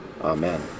Amen